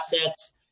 assets